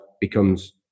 becomes